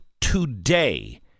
today